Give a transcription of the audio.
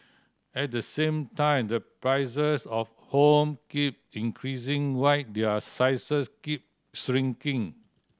at the same time the prices of home keep increasing while their sizes keep shrinking